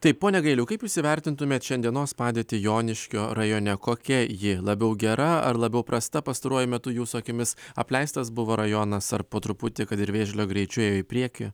taip pone gailiau kaip jūs įvertintumėt šiandienos padėtį joniškio rajone kokia ji labiau gera ar labiau prasta pastaruoju metu jūsų akimis apleistas buvo rajonas ar po truputį kad ir vėžlio greičiu į priekį